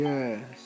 Yes